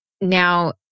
Now